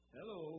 Hello